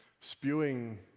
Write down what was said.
Spewing